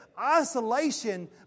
isolation